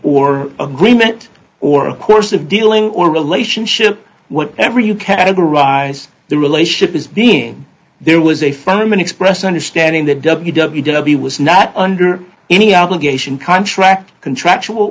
or agreement or a course of dealing or relationship whatever you categorize the relationship as being there was a firm an express understanding that w w w was not under any obligation contract contractual